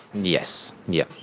yes. yep.